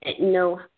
No